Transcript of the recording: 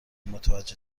متوجه